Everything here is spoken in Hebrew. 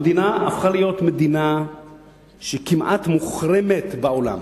המדינה הפכה להיות מדינה שכמעט מוחרמת בעולם,